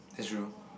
true